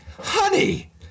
honey